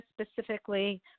specifically